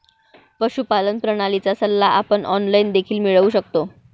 पशुपालन प्रणालीचा सल्ला आपण ऑनलाइन देखील मिळवू शकतो